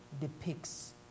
depicts